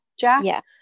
jack